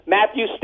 Matthew